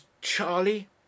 charlie